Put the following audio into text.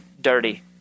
dirty